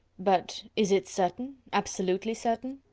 but is it certain absolutely certain?